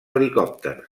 helicòpters